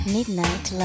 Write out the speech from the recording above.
Midnight